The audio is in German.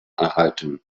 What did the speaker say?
erhalten